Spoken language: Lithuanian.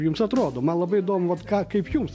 jums atrodo man labai įdomu vat ką kaip jums